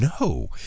No